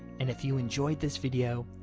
and if you enjoyed this video,